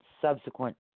subsequent